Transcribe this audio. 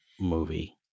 movie